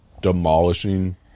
demolishing